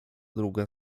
druga